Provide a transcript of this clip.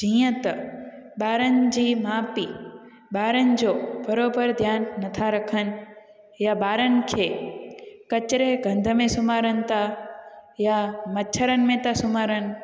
जीअं त ॿारनि जी माउ पीउ ॿारनि जो बराबरि ध्यानु नथा रखनि या ॿारनि खे कचरे गंद में सुमारनि था या मच्छरनि में था सुमारनि